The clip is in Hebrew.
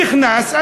נכנס.